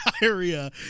diarrhea